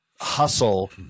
hustle